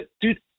dude